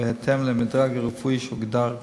בהתאם למדרג הרפואי שהוגדר בנוהל.